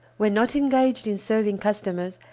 when not engaged in serving customers,